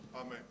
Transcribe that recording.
Amen